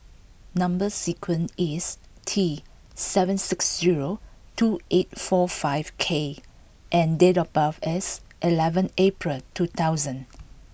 number sequence is T seven six zero two eight four five K and date of birth is eleven April two thousand